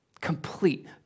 Complete